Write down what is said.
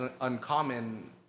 uncommon